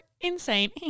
Insane